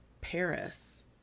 paris